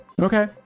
okay